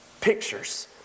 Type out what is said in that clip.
pictures